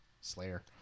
Slayer